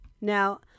Now